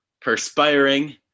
perspiring